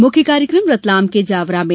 मुख्य कार्यक्रम रतलाम के जावरा में